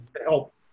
help